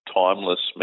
timeless